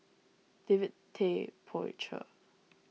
David Tay Poey Cher